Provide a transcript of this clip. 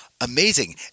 Amazing